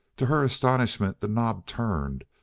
to her astonishment, the knob turned,